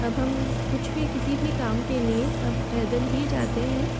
अब हम कुछ भी किसी भी काम के लिए हम पैदल ही जाते हैं